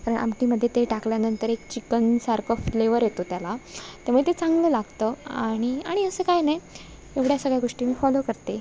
कारण आमटीमध्ये ते टाकल्यानंतर एक चिकनसारखा फ्लेवर येतो त्याला त्यामुळे ते चांगलं लागतं आणि आणि असं काय नाही एवढ्या सगळ्या गोष्टी मी फॉलो करते